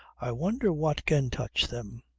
i wonder what can touch them?